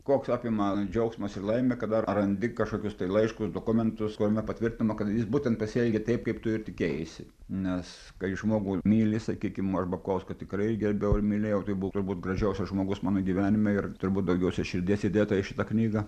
koks apima džiaugsmas ir laimė kad dar ar randi kažkokius tai laiškus dokumentus kuriame patvirtino kad jis būtent pasielgė taip kaip tu ir tikėjaisi nes kai žmogų myli sakykim aš babkauską tikrai gerbiau ir mylėjau tai buvo turbūt gražiausias žmogus mano gyvenime ir turbūt daugiausia širdies įdėta į šitą knygą